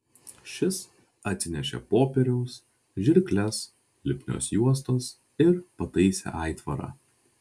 šis atsinešė popieriaus žirkles lipnios juostos ir pataisė aitvarą